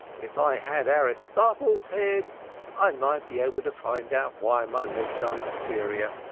if i had aristotle's head i might be able to find out why my legs are inferior.